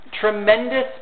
tremendous